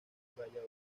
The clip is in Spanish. muralla